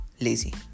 lazy